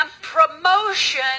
promotion